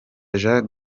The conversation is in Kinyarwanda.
jean